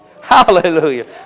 Hallelujah